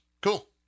cool